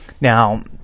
Now